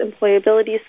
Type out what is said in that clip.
employability